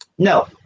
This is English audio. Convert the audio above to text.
No